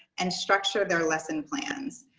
and structure their lesson plans.